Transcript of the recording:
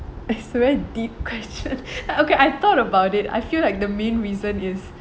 it's a very deep question okay I thought about it I feel like the main reason is